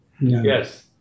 Yes